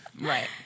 Right